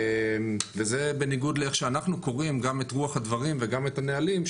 וזה בניגוד לאיך שאנחנו קוראים גם את רוח הדברים וגם את הנהלים,